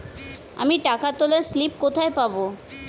আমি টাকা তোলার স্লিপ কোথায় পাবো?